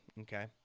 okay